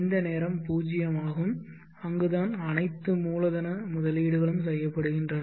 இந்த நேரம் பூஜ்ஜியமாகும் அங்குதான் அனைத்து மூலதன முதலீடுகளும் செய்யப்படுகின்றன